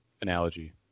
analogy